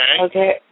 Okay